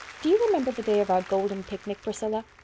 do you remember the day of our golden picnic, priscilla?